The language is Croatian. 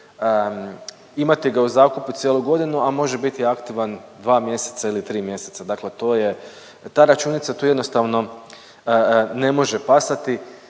imati ga u zakupu cijelu godinu, a može biti aktivan dva mjeseca ili tri mjeseca. Dakle to je ta računica tu jednostavno ne može pasati